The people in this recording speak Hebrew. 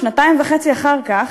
שנתיים וחצי אחר כך,